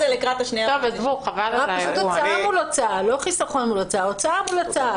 הוצאה מול הוצאה, לא חיסכון מול הוצאה.